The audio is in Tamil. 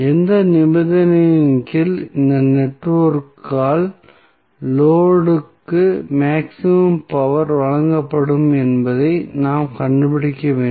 எந்த நிபந்தனையின் கீழ் இந்த நெட்வொர்க்கால் லோடு க்கு மேக்ஸிமம் பவர் வழங்கப்படும் என்பதை நாம் கண்டுபிடிக்க வேண்டும்